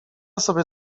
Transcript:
sobie